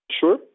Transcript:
Sure